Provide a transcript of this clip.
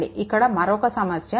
ఇక్కడ మరొక సమస్య 3